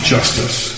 Justice